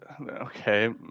Okay